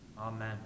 Amen